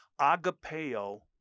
agapeo